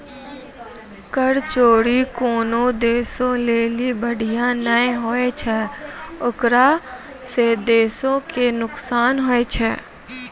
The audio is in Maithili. कर चोरी कोनो देशो लेली बढ़िया नै होय छै ओकरा से देशो के नुकसान होय छै